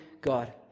God